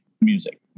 music